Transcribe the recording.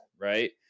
right